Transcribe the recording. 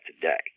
today